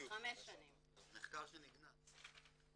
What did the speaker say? מחקר שנגנז.